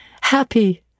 Happy